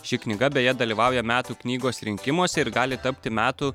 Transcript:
ši knyga beje dalyvauja metų knygos rinkimuose ir gali tapti metų